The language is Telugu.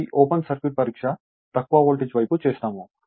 కాబట్టి ఓపెన్ సర్క్యూట్ పరీక్ష తక్కువ వోల్టేజ్ వైపు చేస్తాము